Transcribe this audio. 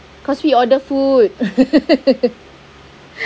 cause we order food